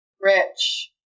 rich